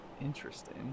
interesting